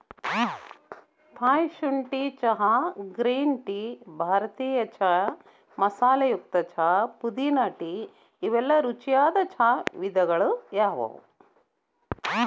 Thai ಶುಂಠಿ ಚಹಾ, green tea, ಭಾರತೇಯ ಚಾಯ್ ಮಸಾಲೆಯುಕ್ತ ಚಹಾ, ಪುದೇನಾ ಟೇ ಇವೆಲ್ಲ ರುಚಿಯಾದ ಚಾ ವಿಧಗಳಗ್ಯಾವ